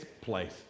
place